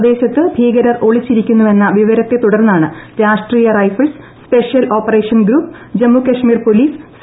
പ്രദേശത്ത് ഭീകരർ ഒളിച്ചിരി ക്കുന്നുവെന്ന വിവരത്തെ തുടർന്നാണ് രാഷ്ട്രീയ rifles സ്പെ ഷ്യൽ operation group Jammu Kashmir police C